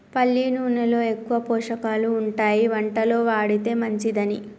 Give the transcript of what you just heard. పల్లి నూనెలో ఎక్కువ పోషకాలు ఉంటాయి వంటలో వాడితే మంచిదని